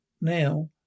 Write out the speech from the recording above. now